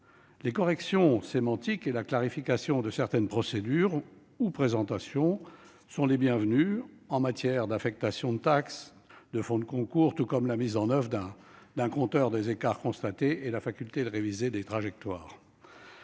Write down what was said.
Les corrections sémantiques et la clarification de certaines procédures ou présentations sont les bienvenues, qu'il s'agisse des affectations de taxes et de fonds de concours, de la mise en oeuvre d'un compteur des écarts constatés ou encore de la faculté de réviser les trajectoires.